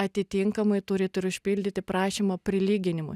atitinkamai turit ir užpildyti prašymą prilyginimui